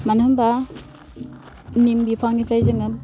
मानो होम्बा निम बिफांनिफ्राय जोङो